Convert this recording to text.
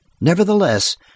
Nevertheless